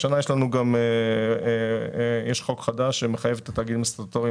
השנה יש חוק חדש שמחייב את התאגידים הסטטוטוריים